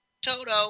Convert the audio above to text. Toto